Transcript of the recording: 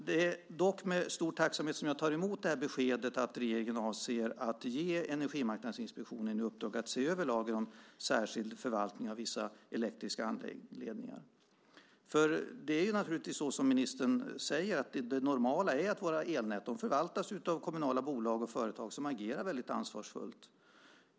Det är dock med stor tacksamhet som jag tar emot beskedet att regeringen avser att ge Energimarknadsinspektionen i uppdrag att se över lagen om särskild förvaltning av vissa elektriska anläggningar. Det är naturligtvis så som ministern säger: Normalt förvaltas våra elnät av kommunala bolag och företag som agerar ansvarsfullt.